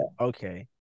okay